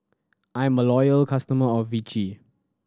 I'm a loyal customer of Vichy